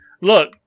Look